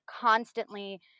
constantly